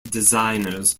designers